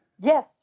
yes